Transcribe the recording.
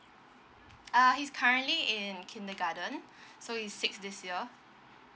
uh he's currently in kindergarten so he's six this year